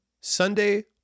Sunday